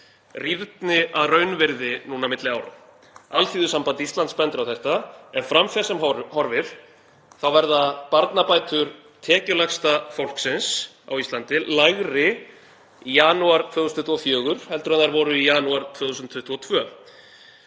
rýrni að raunvirði núna milli ára. Alþýðusamband Íslands bendir á þetta. Ef fram fer sem horfir þá verða barnabætur tekjulægsta fólksins á Íslandi lægri í janúar 2024 heldur en þær voru í janúar 2022.